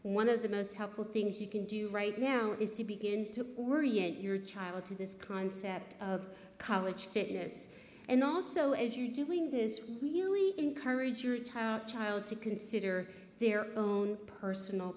one of the most helpful things you can do right now is to begin to worry yet your child to this concept of college fitness and also as you doing this really encourage your child to consider their own personal